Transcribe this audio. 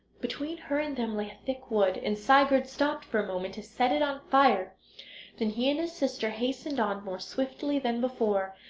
between her and them lay a thick wood, and sigurd stopped for a moment to set it on fire then he and his sister hastened on more swiftly than before,